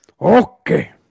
Okay